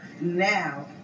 now